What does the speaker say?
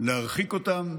להרחיק אותם,